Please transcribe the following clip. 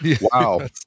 wow